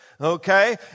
Okay